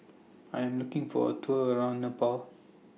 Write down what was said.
I Am looking For A Tour around Nepal